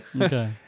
okay